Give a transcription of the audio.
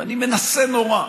ואני מנסה נורא.